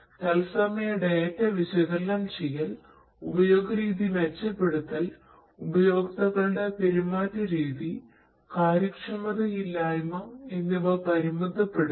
തത്സമയ ഡാറ്റ വിശകലനം ചെയ്യൽ ഉപയോഗ രീതി മെച്ചപ്പെടുത്തൽ ഉപയോക്താക്കളുടെ പെരുമാറ്റ രീതി കാര്യക്ഷമതയില്ലായ്മ എന്നിവ പരിമിതപ്പെടുത്തൽ